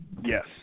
Yes